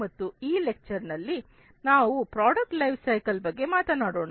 ಮತ್ತು ಈ ಉಪನ್ಯಾಸದಲ್ಲಿ ನಾವು ಪ್ರಾಡಕ್ಟ್ ಲೈಫ್ ಸೈಕಲ್ ಬಗ್ಗೆ ಮಾತಾಡೋಣ